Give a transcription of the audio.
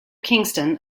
kingston